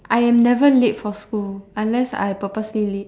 I am never late for school unless I purposely late